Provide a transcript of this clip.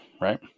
right